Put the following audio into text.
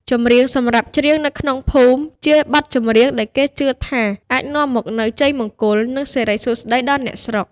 ចម្រៀងសម្រាប់ច្រៀងនៅក្នុងភូមិ ជាបទចម្រៀងដែលគេជឿថាអាចនាំមកនូវ ជ័យមង្គល និងសិរីសួស្ដី ដល់អ្នកស្រុក។